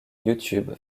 youtube